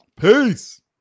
Peace